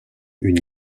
une